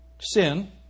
Sin